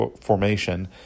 formation